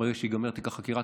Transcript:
ברגע שייגמר תיק החקירה,